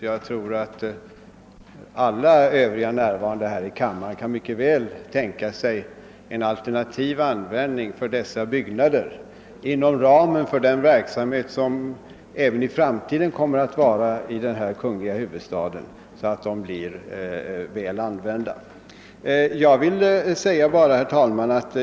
Jag tror att alla andra här närvarande mycket väl kan tänka sig en alternativ användning av dessa byggnader inom ramen för den verksamhet som även i framtiden kommer att finnas i kungliga huvudstaden.